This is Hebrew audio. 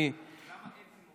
גם אני,